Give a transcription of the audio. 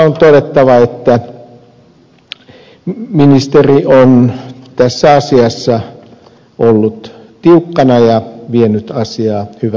on todettava että ministeri on tässä asiassa ollut tiukkana ja vienyt asiaa hyvällä tavalla eteenpäin